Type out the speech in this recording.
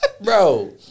bro